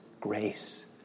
grace